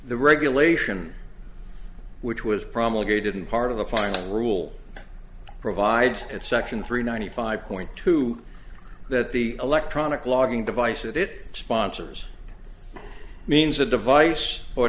the regulation which was promulgated and part of the final rule provide it section three ninety five point two that the electronic logging device that it sponsors means a device or